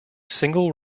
single